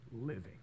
living